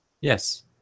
yes